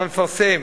אנחנו נפרסם,